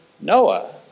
Noah